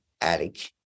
attic